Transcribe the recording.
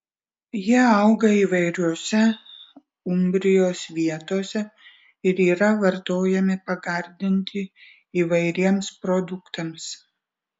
jie auga įvairiose umbrijos vietose ir yra vartojami pagardinti įvairiems produktams